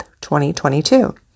2022